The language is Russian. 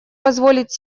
позволить